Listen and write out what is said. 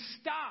stop